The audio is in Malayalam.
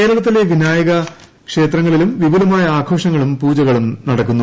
കേരളത്തിലെ വിനായക ക്ഷേത്രങ്ങളിലും വിപുലമായ ആഘോഷങ്ങളും പൂജകളും നടക്കുന്നു